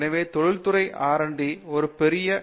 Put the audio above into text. எனவே தொழிற்துறை R D R D ஒரு பெரிய வழியில் இருக்கும்